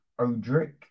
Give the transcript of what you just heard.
Odrick